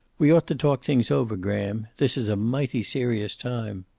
we ought to talk things over, graham. this is a mighty serious time.